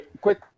quick